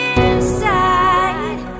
inside